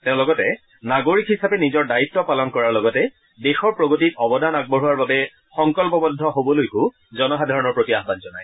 তেওঁ লগতে নাগৰিক হিচাপে নিজৰ দায়িত্ব পালন কৰাৰ লগতে দেশৰ প্ৰগতিত অৱদান আগবঢ়োৱাৰ বাবে সংকল্পবদ্ধ হবলৈও জনসাধাৰণৰ প্ৰতি আহ্বান জনায়